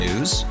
News